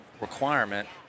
requirement